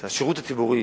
את השירות הציבורי